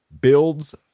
builds